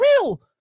real